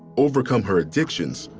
overcome her addictions,